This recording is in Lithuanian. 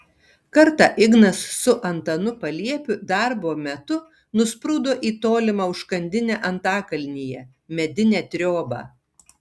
kartą ignas su antanu paliepiu darbo metu nusprūdo į tolimą užkandinę antakalnyje medinę triobą